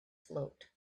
float